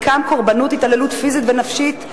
חלקם קורבנות התעללות פיזית ונפשית,